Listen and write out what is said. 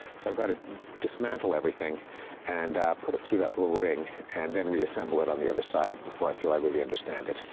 so i've got to dismantle everything and put it thought that little ring and then reassemble it on the other side before i feel i really understand it.